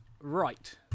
right